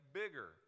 bigger